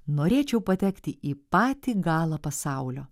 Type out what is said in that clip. norėčiau patekti į patį galą pasaulio